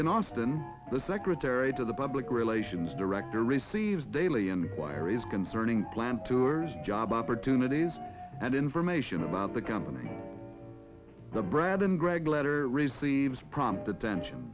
in austin the secretary to the public relations director receives daily inquiries concerning plant tours job opportunities and information about the company the brad and greg letter receives prompt attention